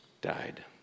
died